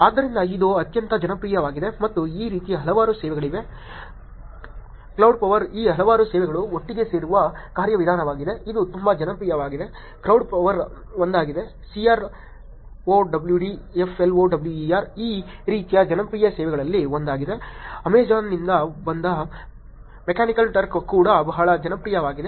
ಆದ್ದರಿಂದ ಇದು ಅತ್ಯಂತ ಜನಪ್ರಿಯವಾಗಿದೆ ಮತ್ತು ಈ ರೀತಿಯ ಹಲವಾರು ಸೇವೆಗಳಿವೆ ಕ್ರೌಡ್ಫ್ಲವರ್ ಈ ಹಲವಾರು ಸೇವೆಗಳು ಒಟ್ಟಿಗೆ ಸೇರುವ ಕಾರ್ಯವಿಧಾನವಾಗಿದೆ ಇದು ತುಂಬಾ ಜನಪ್ರಿಯವಾಗಿದೆ ಕ್ರೌಡ್ಫ್ಲವರ್ ಒಂದಾಗಿದೆ c r o w d f l o w e r ಈ ರೀತಿಯ ಜನಪ್ರಿಯ ಸೇವೆಗಳಲ್ಲಿ ಒಂದಾಗಿದೆ ಅಮೆಜಾನ್ನಿಂದ ಬಂದ ಮೆಕ್ಯಾನಿಕಲ್ ಟರ್ಕ್ ಕೂಡ ಬಹಳ ಜನಪ್ರಿಯವಾಗಿದೆ